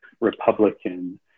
Republican